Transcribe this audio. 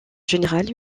général